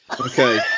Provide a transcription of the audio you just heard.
okay